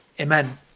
Amen